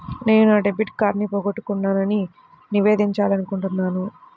నేను నా డెబిట్ కార్డ్ని పోగొట్టుకున్నాని నివేదించాలనుకుంటున్నాను